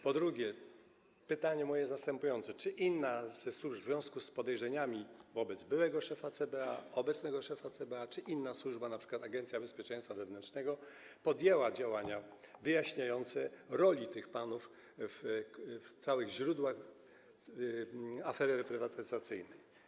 Po drugie pytanie moje jest następujące: Czy w związku z podejrzeniami wobec byłego szefa CBA, obecnego szefa CBA inna służba, np. Agencja Bezpieczeństwa Wewnętrznego, podjęła działania wyjaśniające rolę tych panów w całych źródłach afery reprywatyzacyjnej?